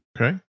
Okay